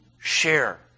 share